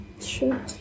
Sure